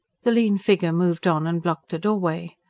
the lean figure moved on and blocked the doorway.